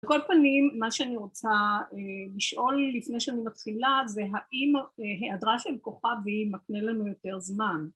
על כל פנים מה שאני רוצה לשאול לפני שאני מתחילה זה האם היעדרה של כוכבי מקנה לנו יותר זמן